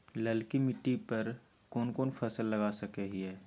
ललकी मिट्टी पर कोन कोन फसल लगा सकय हियय?